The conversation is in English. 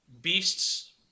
beasts